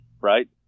right